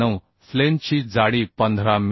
9 फ्लेंजची जाडी 15 मि